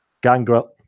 Gangrel